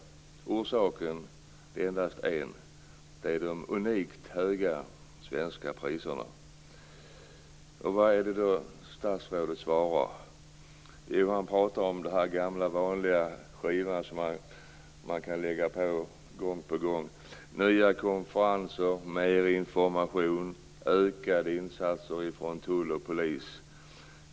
Orsaken är endast en, nämligen de unikt höga svenska priserna. Vad är det då statsrådet svarar? Jo, han pratar om den här gamla vanliga skivan som man kan lägga på gång på gång - nya konferenser, mer information och ökade insatser från tull och polis.